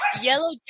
Yellow